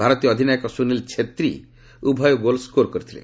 ଭାରତୀୟ ଅଧିନାୟକ ସୁନିଲ୍ ଛେତ୍ରୀ ଉଭୟ ଗୋଲ୍ ସ୍କୋର୍ କରିଥିଲେ